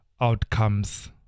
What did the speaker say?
outcomes